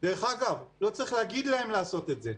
דרך אגב, לא צריך להגיד להם לעשות את זה.